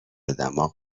دماغ